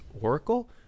oracle